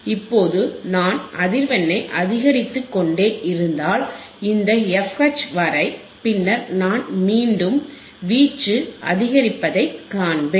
இப்போது நான் அதிர்வெண்ணை அதிகரித்துக்கொண்டே இருந்தால் இந்த fH வரை பின்னர் நான் மீண்டும் வீச்சு அதிகரிப்பதைக் காண்பேன்